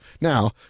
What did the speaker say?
Now